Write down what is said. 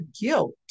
guilt